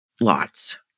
Lots